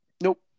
Nope